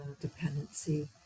dependency